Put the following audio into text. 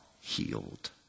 healed